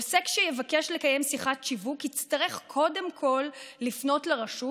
עוסק שיבקש לקיים שיחת שיווק יצטרך קודם כול לפנות לרשות